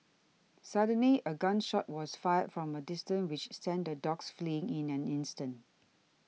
suddenly a gun shot was fired from a distance which sent the dogs fleeing in an instant